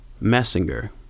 Messinger